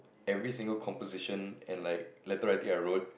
every single composition and like letter writing I wrote